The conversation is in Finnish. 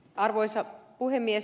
arvoisa puhemies